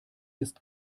ist